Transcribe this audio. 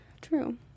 True